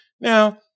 Now